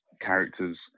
character's